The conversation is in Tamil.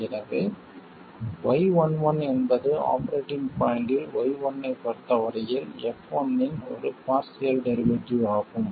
எனவே y11 என்பது ஆபரேட்டிங் பாய்ண்ட்டில் V1 ஐப் பொறுத்தவரையில் f1 இன் ஒரு பார்சியல் டெரிவேட்டிவ் ஆகும்